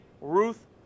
Ruth